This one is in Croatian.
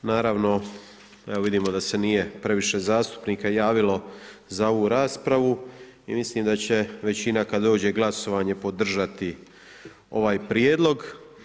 Naravno, evo vidimo da se nije previše zastupnika javilo za ovu raspravu i mislim da će većina kad dođe glasovanje podržati ovaj Prijedlog.